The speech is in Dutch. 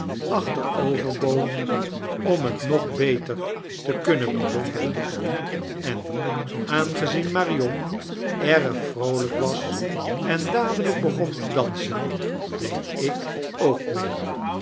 achteroverb oog om het nog beter te kunaen bewonderen en aangezien marion erg vroolijk was en dadelijk begon te dansen deed ik ook mee